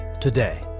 today